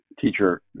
Teacher